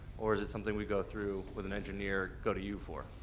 or is it something we go through with an engineer, go to you for?